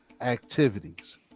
activities